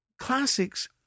classics